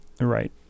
right